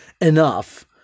enough